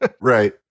Right